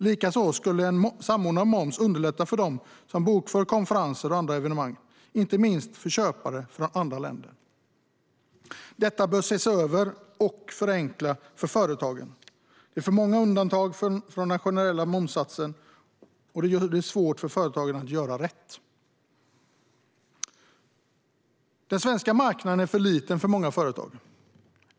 Likaså skulle en samordnad moms underlätta för dem som bokför konferenser och andra evenemang, inte minst för köpare från andra länder. Detta bör ses över och förenklas för företagen. Det är för många undantag från den generella momssatsen, och det gör det svårt för företagaren att göra rätt. Den svenska marknaden är för liten för många företag.